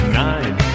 nine